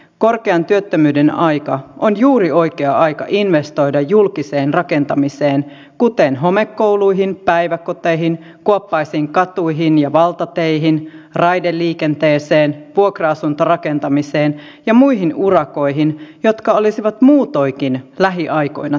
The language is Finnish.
korkean työttömyyden aika on juuri oikea aika investoida julkiseen rakentamiseen kuten homekouluihin päiväkoteihin kuoppaisiin katuihin ja valtateihin raideliikenteeseen vuokra asuntorakentamiseen ja muihin urakoihin jotka olisi muutoinkin lähiaikoina tehtävä